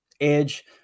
Edge